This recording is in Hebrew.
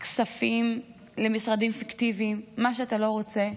כספים למשרדים פיקטיביים, מה שאתה לא רוצה.